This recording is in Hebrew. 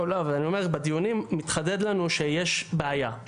אני אומר בדיונים התחדד לנו שיש בעיה,